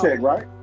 right